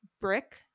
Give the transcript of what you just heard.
brick